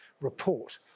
report